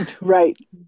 Right